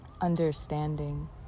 understanding